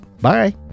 Bye